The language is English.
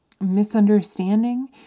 misunderstanding